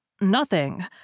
Nothing